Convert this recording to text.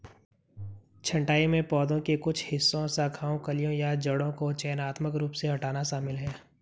छंटाई में पौधे के कुछ हिस्सों शाखाओं कलियों या जड़ों को चयनात्मक रूप से हटाना शामिल है